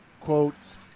quotes